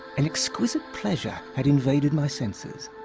an exquisite pleasure had invaded by senses,